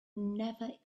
never